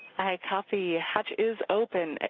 i copy, hatch is open.